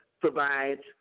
provides